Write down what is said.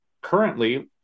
Currently